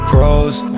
Froze